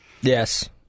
Yes